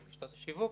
של רשתות השיווק,